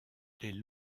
les